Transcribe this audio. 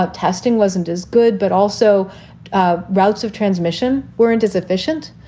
ah testing wasn't as good, but also ah routes of transmission weren't as efficient.